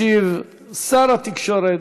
ישיב שר התקשורת,